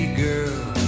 girl